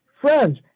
friends